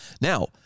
Now